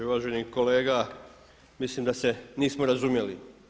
Uvaženi kolega, mislim da se nismo razumjeli.